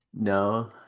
no